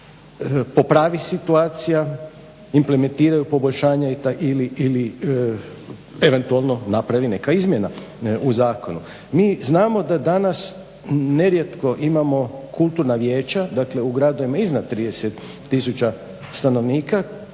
popravi situacija, implementiraju poboljšanja ili eventualno napravi neka izmjena u zakonu. Mi znamo da danas nerijetko imamo kulturna vijeća, dakle u gradovima iznad 30 tisuća stanovnika